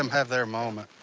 um have their moment.